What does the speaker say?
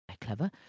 Clever